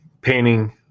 painting